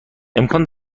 امکان